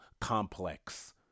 complex